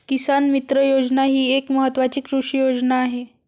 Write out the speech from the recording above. किसान मित्र योजना ही एक महत्वाची कृषी योजना आहे